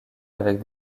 avec